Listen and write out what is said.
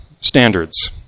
standards